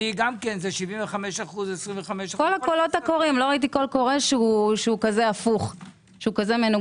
לא ראיתי קול קורא שהוא כזה מנוגד.